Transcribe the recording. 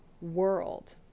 world